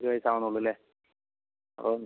ഒരു വയസ്സ് ആവണതേ ഉള്ളൂല്ലേ അപ്പം